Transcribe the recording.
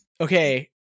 okay